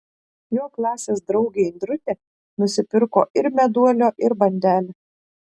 jo klasės draugė indrutė nusipirko ir meduolio ir bandelę